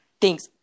Thanks